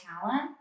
talent